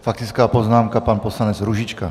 Faktická poznámka, pan poslanec Růžička.